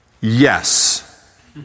Yes